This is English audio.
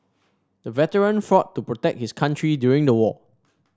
the veteran fought to protect his country during the war